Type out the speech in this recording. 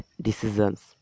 decisions